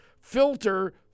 filter